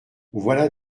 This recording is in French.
voilà